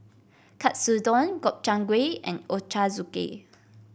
Katsudon Gobchang Gui and Ochazuke